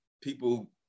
people